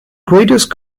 greatest